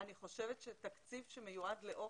אני חושבת שתקציב שמיועד לאוכל,